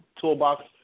toolbox